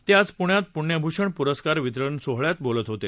ते आज पुण्यात पुण्यभूषण पुरस्कार वितरण सोहळ्यात बोलत होते